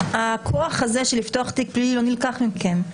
הכוח הזה של לפתוח תיק פלילי לא נלקח מכם,